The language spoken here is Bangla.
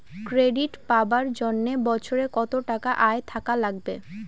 ক্রেডিট পাবার জন্যে বছরে কত টাকা আয় থাকা লাগবে?